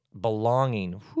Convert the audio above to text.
belonging